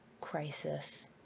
crisis